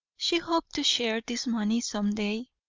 she hoped to share this money some day,